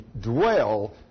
dwell